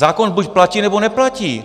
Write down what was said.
Zákon buď platí, nebo neplatí.